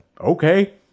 okay